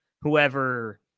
whoever